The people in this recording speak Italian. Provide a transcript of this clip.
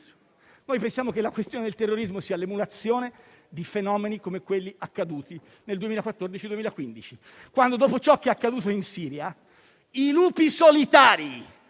Noi pensiamo che la questione del terrorismo riguardi l'emulazione di fenomeni come quelli verificatisi nel 2014-2015 quando, dopo quanto accaduto in Siria, i lupi solitari